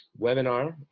webinar